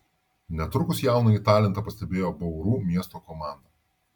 netrukus jaunąjį talentą pastebėjo bauru miesto komanda